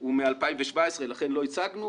הוא מ-2017 ולכן לא הצגנו